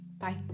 Bye